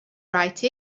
write